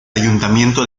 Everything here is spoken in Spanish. ayuntamiento